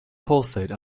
pulsate